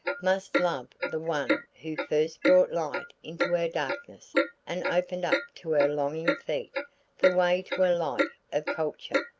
must love the one who first brought light into her darkness and opened up to her longing feet the way to a life of culture,